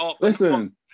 Listen